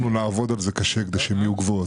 אנחנו נעבוד קשה כדי שהן יהיו גבוהות.